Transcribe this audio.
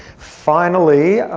finally,